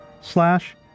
slash